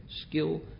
skill